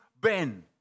Ben